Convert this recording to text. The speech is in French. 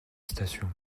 station